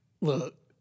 look